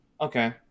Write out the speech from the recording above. okay